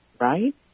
Right